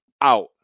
out